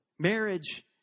Marriage